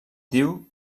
diu